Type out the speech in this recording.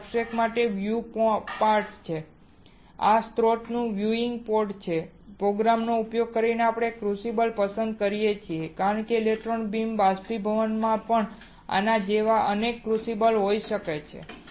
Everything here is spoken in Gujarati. આ સબસ્ટ્રેટ માટેનું વ્યૂઇંગ પોર્ટ છે આ સ્રોત માટેનું વ્યૂઇંગ પોર્ટ છે પ્રોગ્રામનો ઉપયોગ કરીને આપણે ક્રુસિબલ પસંદ કરી શકીએ છીએ કારણ કે ઇલેક્ટ્રોન બીમ બાષ્પીભવનમાં પણ આના જેવા અનેક ક્રુસિબલ્સ હોઈ શકે છે